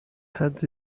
had